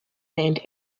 land